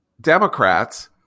Democrats